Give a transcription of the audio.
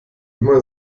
immer